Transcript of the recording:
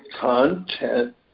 content